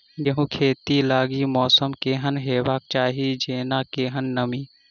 गेंहूँ खेती लागि मौसम केहन हेबाक चाहि जेना केहन नमी?